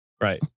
Right